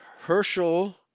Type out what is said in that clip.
Herschel